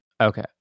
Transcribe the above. Okay